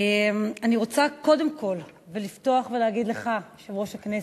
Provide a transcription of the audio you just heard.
אני רוצה לפתוח ולהגיד לך, יושב-ראש הכנסת,